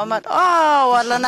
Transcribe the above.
הוא אמר: ואללה,